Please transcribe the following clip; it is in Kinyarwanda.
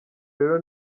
rero